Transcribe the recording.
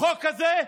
החוק הזה,